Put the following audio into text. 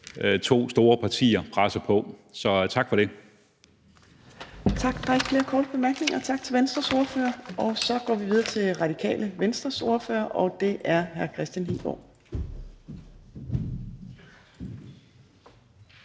Fjerde næstformand (Trine Torp): Tak. Der er ikke flere korte bemærkninger. Tak til Venstres ordfører, og så går vi videre til Radikale Venstres ordfører, og det er hr. Kristian Hegaard.